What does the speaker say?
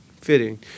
fitting